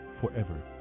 forever